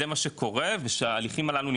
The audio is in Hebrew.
זה לא תקין שבמדינת חוק זה מה שקורה ושההליכים הללו,